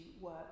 work